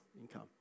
income